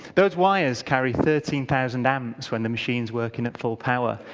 those wires carry thirteen thousand amps when the machine is working in full power.